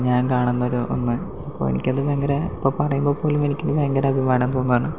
ഞാൻ കാണുന്നൊരു ഒന്ന് അപ്പോൾ എനിക്കത് ഭയങ്കര ഇപ്പോൾ പറയുമ്പോൾ പോലും എനിക്കത് ഭയങ്കര അഭിമാനം തോന്നുകയാണ്